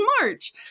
March